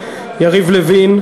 הכנסת ריבלין: